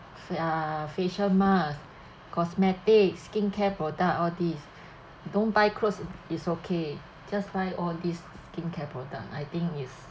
uh facial mask cosmetics skincare product all this don't buy clothes is okay just find all this skincare product I think is